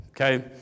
Okay